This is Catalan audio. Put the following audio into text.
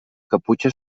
caputxa